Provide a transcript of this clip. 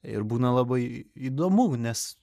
ir būna labai įdomu nes